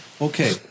okay